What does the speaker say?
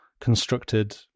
constructed